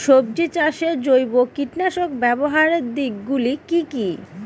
সবজি চাষে জৈব কীটনাশক ব্যাবহারের দিক গুলি কি কী?